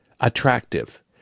attractive